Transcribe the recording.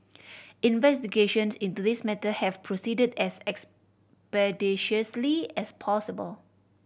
investigations into this matter have proceeded as expeditiously as possible